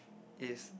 is